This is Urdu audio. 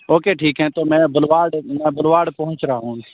اوکے ٹھیک ہے تو میں بلواڈ بلواڑ پہنچ رہا ہوں